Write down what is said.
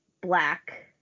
black